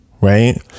right